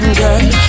girl